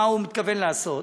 מה הוא מתכוון לעשות,